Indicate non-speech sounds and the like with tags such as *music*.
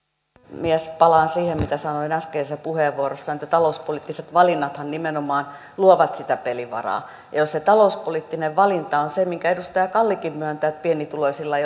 puhemies palaan siihen mitä sanoin äskeisessä puheenvuorossani että talouspoliittiset valinnathan nimenomaan luovat sitä pelivaraa ja jos se talouspoliittinen valinta on se minkä edustaja kallikin myöntää että pienituloisilla *unintelligible*